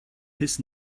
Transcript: his